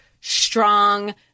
strong